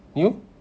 you